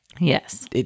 Yes